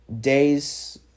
days